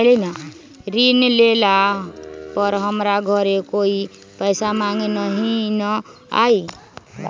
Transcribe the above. ऋण लेला पर हमरा घरे कोई पैसा मांगे नहीं न आई?